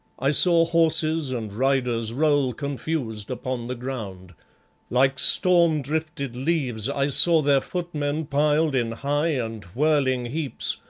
i saw horses and riders roll confused upon the ground like storm-drifted leaves i saw their footmen piled in high and whirling heaps,